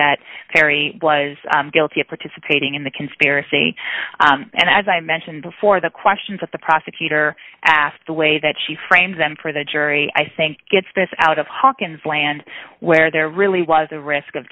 that perry was guilty of participating in the conspiracy and as i mentioned before the questions that the prosecutor asked the way that she framed them for the jury i think gets this out of hawkins land where there really was a risk of